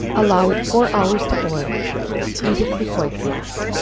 allow it four hours to boil eat it with white sauce.